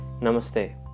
namaste